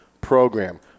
program